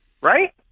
right